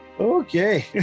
Okay